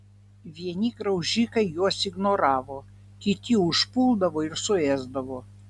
vieni graužikai juos ignoravo kiti užpuldavo ir suėsdavo